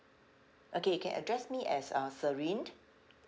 okay you can address me as uh serene